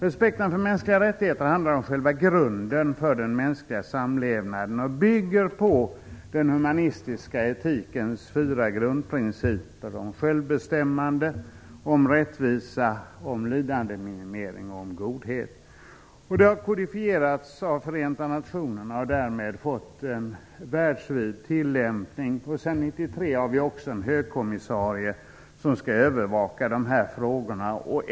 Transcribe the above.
Respekten för mänskliga rättigheter handlar om själva grunden för den mänskliga samlevnaden och bygger på den humanistiska etikens fyra grundprinciper om självbestämmande, rättvisa, lidandeminimering och godhet. Det har kodifierats av Förenta nationerna har därmed fått en världsvid tillämpning, och sedan 1993 har vi också en högkommissarie som skall övervaka dessa frågor.